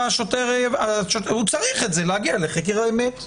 השוטר צריך את זה תמיד כדי להגיע לחקר האמת.